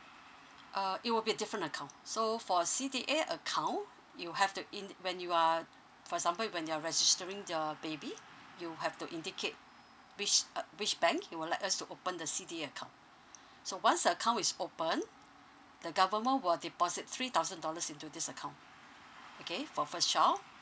uh it will be different account so for C_D_A account you have to in when you are for example when you're registering the baby you have to indicate which uh which bank you would like us to open the C_D_A account so once the account is open the government will deposit three thousand dollars into this account okay for first child